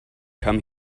come